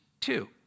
two